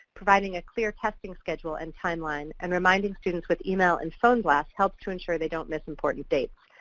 providing a clear testing schedule and timeline and reminding students with email and phone blasts helps to ensure they don't miss important dates.